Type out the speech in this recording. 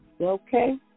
Okay